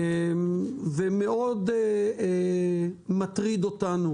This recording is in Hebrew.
ומאוד מטרידה אותנו